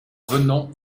venons